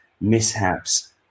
mishaps